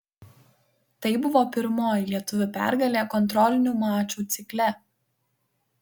tai buvo pirmoji lietuvių pergalė kontrolinių mačų cikle